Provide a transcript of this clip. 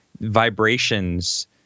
vibrations